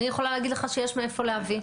אני יכולה להגיד לך שיש מאיפה להביא.